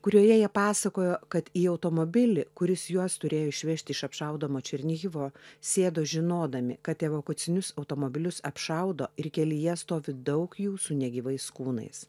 kurioje jie pasakojo kad į automobilį kuris juos turėjo išvežti iš apšaudomo černihivo sėdo žinodami kad evakuacinius automobilius apšaudo ir kelyje stovi daug jų su negyvais kūnais